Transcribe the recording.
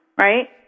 right